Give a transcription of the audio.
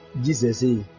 Jesus